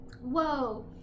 Whoa